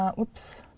ah whoops.